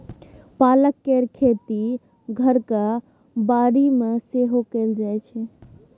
पालक केर खेती घरक बाड़ी मे सेहो कएल जाइ छै